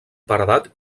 paredat